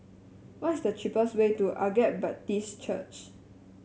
what is the cheapest way to Agape Baptist Church